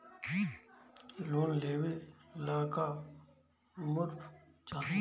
Loan लेवे ला का पुर्फ चाही?